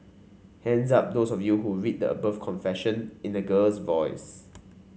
hands up those of you who read the above confession in a girl's voice